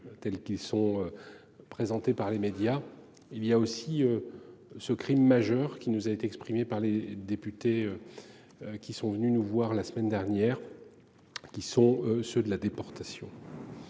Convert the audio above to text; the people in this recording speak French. tels qu'ils sont. Présentés par les médias. Il y a aussi. Ce Crime majeur qui nous a été exprimée par les députés. Qui sont venus nous voir la semaine dernière. Qui sont ceux de la déportation.